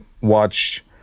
watch